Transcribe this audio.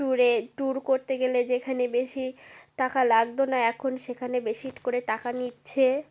ট্যুরে ট্যুর করতে গেলে যেখানে বেশি টাকা লাগতো না এখন সেখানে বেশি করে টাকা নিচ্ছে